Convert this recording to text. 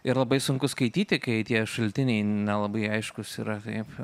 ir labai sunku skaityti kai tie šaltiniai nelabai aiškūs yra taip